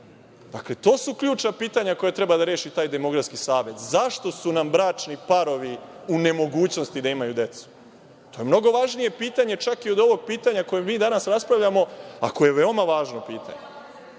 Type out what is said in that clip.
majke? Dakle, to su ključna pitanja koja treba da reši taj demografski savet. Zašto su nam bračni parovi u nemogućnosti da imaju decu? To je mnogo važnije pitanje čak i od ovog pitanja o kojem mi danas raspravljamo, a koje je veoma važno pitanje.